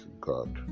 god